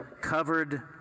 covered